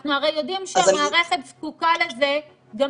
אנחנו הרי יודעים שהמערכת זקוקה לזה גם